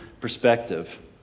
perspective